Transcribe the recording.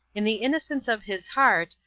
in the innocence of his heart,